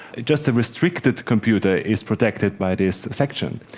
just a restricted computer is protected by this section.